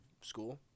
school